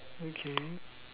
okay